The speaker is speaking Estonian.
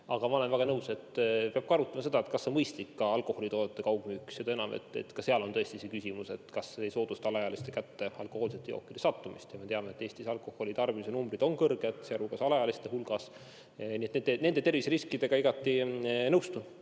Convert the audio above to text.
Aga ma olen väga nõus, et peab arutama ka seda, kas on mõistlik alkoholitoodete kaugmüük. Seal on tõesti see küsimus, kas see ei soodusta alaealiste kätte alkohoolsete jookide sattumist. Me teame, et Eestis on alkoholi tarbimise numbrid kõrged, sealhulgas alaealiste hulgas. Nii et nende terviseriskidega ma igati nõustun. Ma